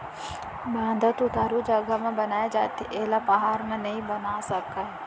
बांधा तो उतारू जघा म बनाए जाथे एला पहाड़ म नइ बना सकय